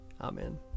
Amen